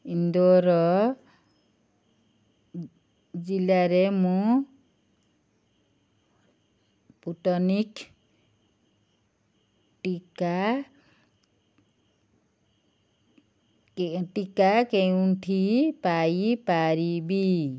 ଇନ୍ଦୋର ଜିଲ୍ଲାରେ ମୁଁ ସ୍ପୁଟନିକ୍ ଟିକା କେଉଁଠି ପାଇପାରିବି